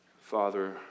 Father